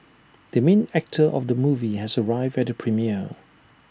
the main actor of the movie has arrived at the premiere